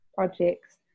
Projects